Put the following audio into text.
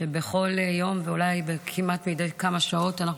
כשבכל יום ואולי כמעט מדי כמה שעות אנחנו